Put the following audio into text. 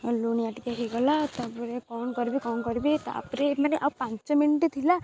ଲୁଣିଆ ଟିକେ ହେଇଗଲା ତା'ପରେ କ'ଣ କରିବି କ'ଣ କରିବି ତା'ପରେ ମାନେ ଆଉ ପାଞ୍ଚ ମିନିଟ୍ ଥିଲା